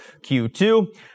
Q2